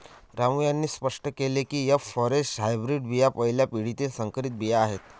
रामू यांनी स्पष्ट केले की एफ फॉरेस्ट हायब्रीड बिया पहिल्या पिढीतील संकरित बिया आहेत